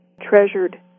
treasured